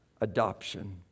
adoption